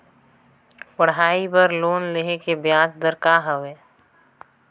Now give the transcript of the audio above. पढ़ाई बर लोन लेहे के ब्याज दर का हवे?